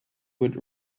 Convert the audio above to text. would